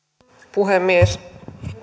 puhemies